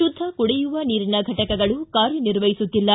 ಶುದ್ಧ ಕುಡಿಯುವ ನೀರಿನ ಫಟಕಗಳು ಕಾರ್ಯ ನಿರ್ವಹಿಸುತ್ತಿಲ್ಲ